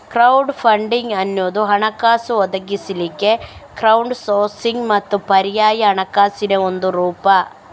crowd funding ಅನ್ನುದು ಹಣಕಾಸು ಒದಗಿಸ್ಲಿಕ್ಕೆ ಕ್ರೌಡ್ ಸೋರ್ಸಿಂಗ್ ಮತ್ತೆ ಪರ್ಯಾಯ ಹಣಕಾಸಿನ ಒಂದು ರೂಪ